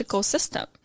system